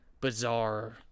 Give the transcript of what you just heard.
bizarre